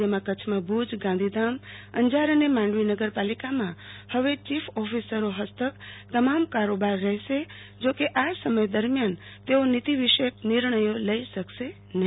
જેમાં કચ્છમાં ભુજ ગાંધીધામ અંજાર અને માંડવી નગરપાલિકામાં હવે ચીફ ઓફિસરો ફસ્તક તમામ કારોબાર રહેશે જો કે આ સમય દરમિયાન તેઓ નીતિ વિષયક નિર્ણથો લઇ શકશે નહી